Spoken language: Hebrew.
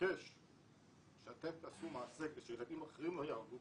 ולבקש שאתם תעשו מעשה כדי שילדים אחרים לא יפגעו